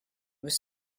was